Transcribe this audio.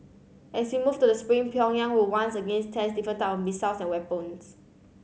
as we move to the spring Pyongyang will once again test different type of missiles and weapons